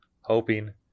Hoping